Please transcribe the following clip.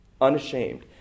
Unashamed